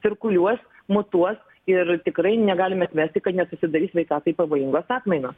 cirkuliuos mutuos ir tikrai negalime atmesti kad nesusidarys sveikatai pavojingos atmainos